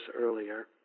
earlier